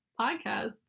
podcast